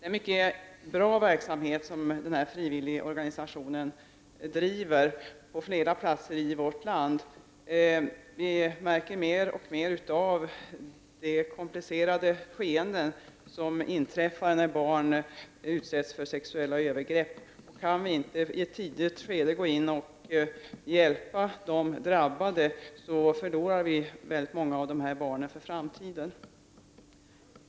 RMSÖ bedriver en mycket bra verksamhet på flera platser i vårt land. De komplicerade skeenden som inträffar när barn utsätts för sexuella övergrepp har mer och mer uppmärksammats. Om man inte i ett tidigt skede kan gå in och hjälpa de drabbade barnen, går många av dem förlorade i framtiden.